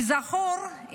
כזכור,